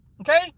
Okay